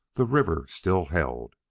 the river still held.